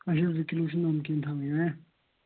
اَچھا زٕ کِلوٗ چھِ نمکیٖن تھاوٕنۍ ہا